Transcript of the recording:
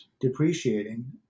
depreciating